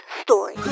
story